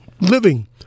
Living